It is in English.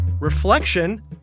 Reflection